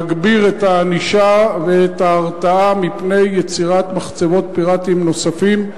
מגביר את הענישה ואת ההרתעה מפני יצירת מחצבות ומכרות פיראטיים נוספים,